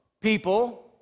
people